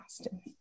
Austin